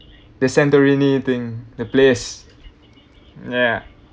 the santorini thing the place ya